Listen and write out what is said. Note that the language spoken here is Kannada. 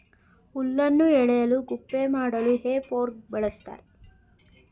ಹುಲ್ಲನ್ನು ಎಳೆಯಲು ಗುಪ್ಪೆ ಮಾಡಲು ಹೇ ಫೋರ್ಕ್ ಬಳ್ಸತ್ತರೆ